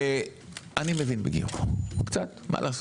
אני מבין בגיור, קצת, מה לעשות.